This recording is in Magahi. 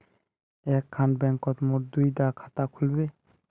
एक खान बैंकोत मोर दुई डा खाता खुल बे?